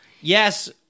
Yes